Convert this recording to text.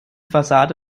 fassade